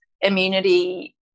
immunity